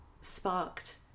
sparked